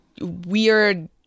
weird